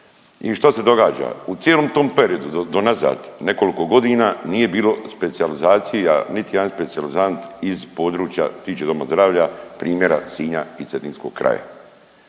I što se događa? U cijelom tom periodu do unazad nekoliko godina nije bilo specijalizacija, niti jedan specijalizant iz područja što se tiče doma zdravlja primjera Sinja i cetinskog kraja.